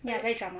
ya very drama